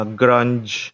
grunge